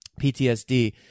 PTSD